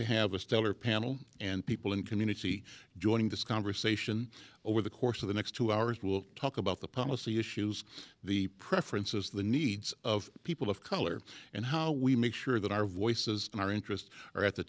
to have a stellar panel and people in community joining this conversation over the course of the next two hours will talk about the policy issues the preferences the needs of people of color and how we make sure that our voices and our interests are at the